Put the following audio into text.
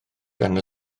gan